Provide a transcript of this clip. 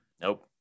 Nope